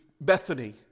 Bethany